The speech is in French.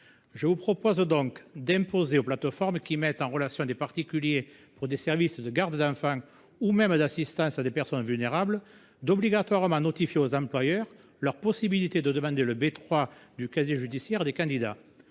Je vous propose donc d’imposer aux plateformes qui mettent en relation des particuliers pour des services de garde d’enfant ou d’assistance à des personnes vulnérables de notifier aux employeurs leur possibilité de demander le bulletin n° 3 du casier judiciaire des candidats.